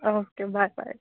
okay bye bye